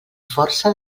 força